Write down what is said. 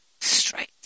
Straight